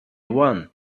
one